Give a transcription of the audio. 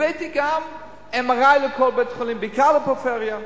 הבאתי MRI לכל בית-חולים, בעיקר בפריפריה,